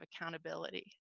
accountability